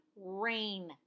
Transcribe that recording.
rain